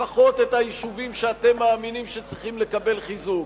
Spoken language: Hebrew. לפחות את היישובים שאתם מאמינים שצריכים לקבל חיזוק.